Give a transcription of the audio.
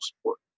support